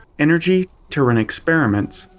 energy to run experiments.